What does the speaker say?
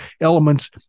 elements